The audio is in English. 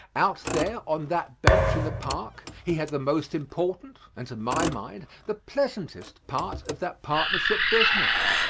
out there on that bench in the park he had the most important, and to my mind, the pleasantest part of that partnership business.